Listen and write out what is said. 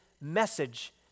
message